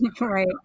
Right